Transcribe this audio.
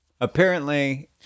Apparently-